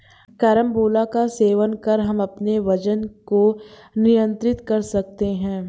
carambola का सेवन कर हम अपने वजन को नियंत्रित कर सकते हैं